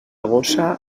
gossa